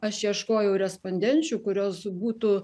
aš ieškojau respondenčių kurios būtų